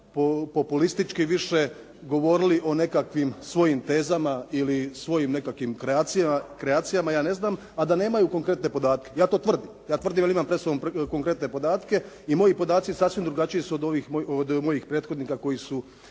populistički više govorili o nekakvim svojim tezama, ili svojim nekakvih kreacijama, ja ne znam a da nemaju konkretne podatke. Ja to tvrdim, ja tvrdim jer imam pred sobom konkretne podatke i moji podaci sasvim drugačiji su od mojih prethodnika koji su